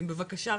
בבקשה.